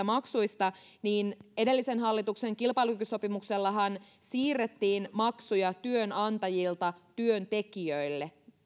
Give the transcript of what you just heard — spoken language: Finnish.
maksuista niin edellisen hallituksen kilpailukykysopimuksellahan siirrettiin maksuja työnantajilta työntekijöille